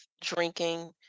drinking